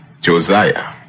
Josiah